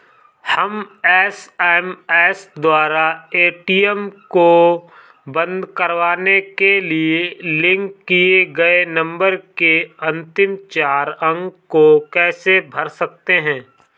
हम एस.एम.एस द्वारा ए.टी.एम को बंद करवाने के लिए लिंक किए गए नंबर के अंतिम चार अंक को कैसे भर सकते हैं?